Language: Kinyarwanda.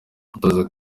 umutoza